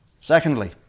Secondly